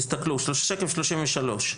תסתכלו, שקף 33,